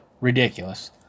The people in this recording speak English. ridiculous